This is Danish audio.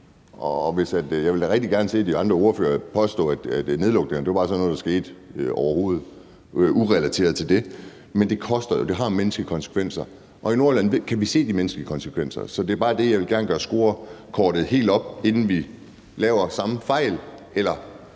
jeg vil da rigtig gerne se de andre ordførere påstå, at nedlukningerne bare var sådan noget, der skete helt urelateret til det. Men det koster jo. Det har menneskelige konsekvenser. Og i Nordjylland kan vi se de menneskelige konsekvenser. Så det er bare det, at jeg gerne vil gøre scorekortet helt op, inden vi laver samme fejl